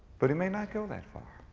but he may not go that far.